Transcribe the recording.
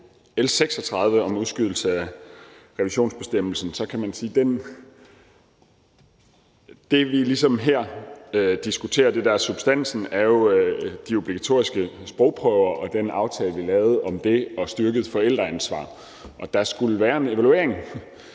L 36 om udskydelse af revisionsbestemmelsen kan man sige at det, vi ligesom diskuterer her, altså substansen, jo er de obligatoriske sprogprøver og den aftale, vi lavede om det, og styrket forældreansvar. Der skulle være en evaluering